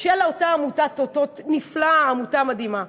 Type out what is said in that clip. של אותה עמותת "אותות" נפלאה, עמותה מדהימה.